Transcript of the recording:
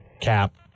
Cap